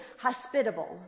hospitable